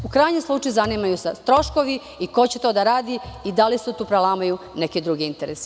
U krajnjem slučaju, zanimaju nas troškovi i ko će to da radi i da li se tu prelamaju neki drugi interesi?